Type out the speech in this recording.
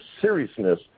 seriousness